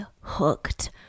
hooked